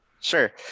Sure